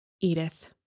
Edith